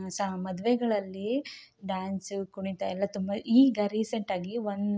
ಮದುವೆಗಳಲ್ಲಿ ಡ್ಯಾನ್ಸು ಕುಣಿತ ಎಲ್ಲ ತುಂಬ ಈಗ ರೀಸೆಂಟಾಗಿ ಒನ್